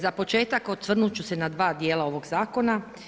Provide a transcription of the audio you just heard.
Za početak osvrnuti ću se na dva dijela ovog zakona.